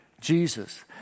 Jesus